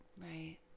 Right